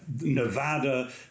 Nevada